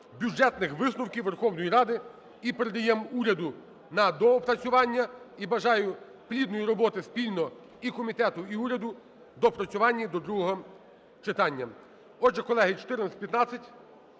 бюджетних висновків Верховної Ради, і передаємо уряду на доопрацювання. І бажаю плідної роботи спільно і комітету і уряду в доопрацюванні до другого читання.